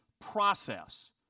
process